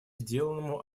сделанному